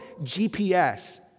GPS